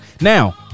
now